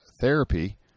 therapy